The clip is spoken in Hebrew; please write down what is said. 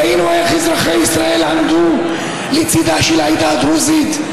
ראינו איך אזרחי ישראל עמדו לצידה של העדה הדרוזית,